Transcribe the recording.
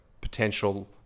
potential